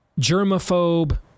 germaphobe